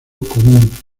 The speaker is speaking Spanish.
común